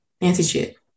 Nancy